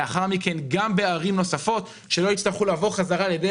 מצד שני, משאיות הן תחום שאין לו חלופה.